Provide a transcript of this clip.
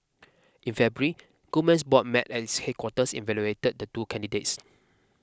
in February Goldman's board met at its headquarters evaluated the two candidates